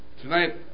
Tonight